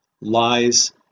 lies